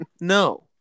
No